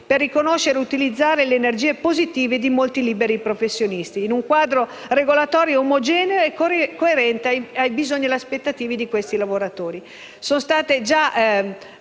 di riconoscere e utilizzare al meglio le energie positive di molti liberi professionisti in un quadro regolatorio omogeneo e coerente ai bisogni e alle aspettative di questi lavoratori.